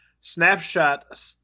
snapshot